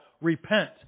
repent